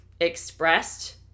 expressed